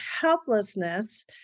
helplessness